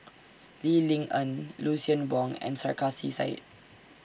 Lee Ling Yen Lucien Wang and Sarkasi Said